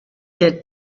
der